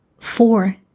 Four